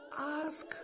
ask